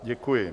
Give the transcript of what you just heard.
Děkuji.